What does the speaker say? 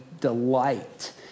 delight